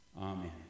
Amen